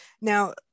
Now